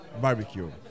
barbecue